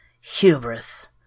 Hubris